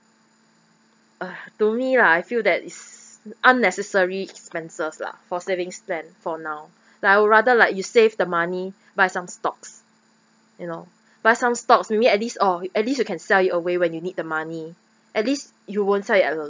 ugh to me lah I feel that is unnecessary expenses lah for savings plan for now like I would rather like you save the money buy some stocks you know buy some stocks maybe at least oh at least you can sell it away when you need the money at least you won't sell at a